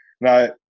Now